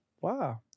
wow